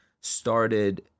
started